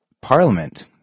parliament